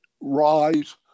rise